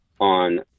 on